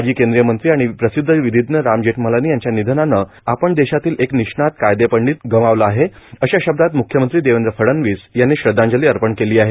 माजी केंद्रीय मंत्री आणि प्रसिद्ध विधिज्ञ राम जेठमलानी यांच्या निधनानं आपण देशातील एक निष्णात कायदेपंडित गमावला आहे अशा शब्दात म्ख्यमंत्री देवेंद्र फडणवीस यांनी श्रद्धांजली अर्पण केली आहे